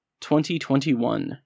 2021